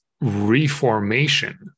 reformation